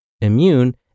immune